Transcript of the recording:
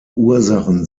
ursachen